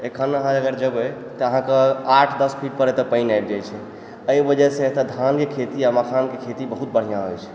एखन अगर अहाँ जेबै तऽ अहाँके आठ दस फीट पर एतऽ पानि आबि जाइ छै एहि वजह से एतऽ धान के खेती आ मखान के खेती बहुत बढ़िऑं होइ छै